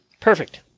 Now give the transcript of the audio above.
Perfect